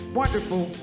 wonderful